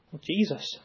Jesus